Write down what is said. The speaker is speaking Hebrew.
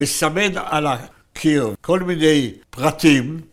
‫מסמן על הקיר כל מיני פרטים.